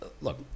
look